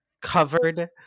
covered